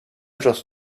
just